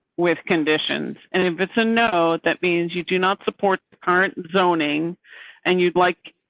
with conditions, and if it's a note that means you do not support current zoning and you'd like.